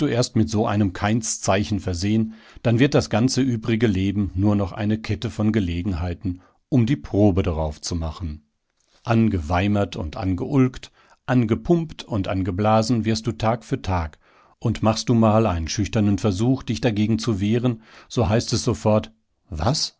erst mit so einem kainszeichen versehen dann wird das ganze übrige leben nur noch eine kette von gelegenheiten um die probe darauf zu machen angeweimert weimern kläglich tun weinerlich jammern und angeulkt angepumpt und angeblasen wirst du tag für tag und machst du mal einen schüchternen versuch dich dagegen zu wehren so heißt es sofort was